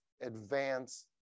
advance